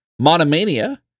Monomania